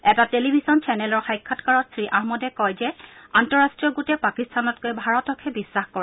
এটা টেলিভিছন চেনেলৰ সাক্ষাৎকাত শ্ৰীআহমদে কয় যে আন্তঃৰাষ্ট্ৰীয় গোটে পাকিস্তানতকৈ ভাৰতকহে বিশ্বাস কৰে